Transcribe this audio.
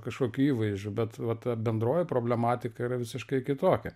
kažkokių įvaizdžių bet va ta bendroji problematika yra visiškai kitokia